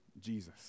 Jesus